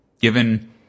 given